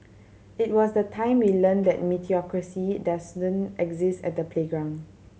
it was the time we learnt that meritocracy doesn't exist at the playground